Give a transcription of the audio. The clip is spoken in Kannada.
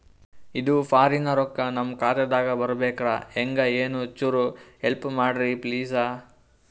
ಇದು ಫಾರಿನ ರೊಕ್ಕ ನಮ್ಮ ಖಾತಾ ದಾಗ ಬರಬೆಕ್ರ, ಹೆಂಗ ಏನು ಚುರು ಹೆಲ್ಪ ಮಾಡ್ರಿ ಪ್ಲಿಸ?